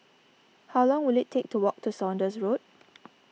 how long will it take to walk to Saunders Road